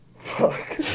fuck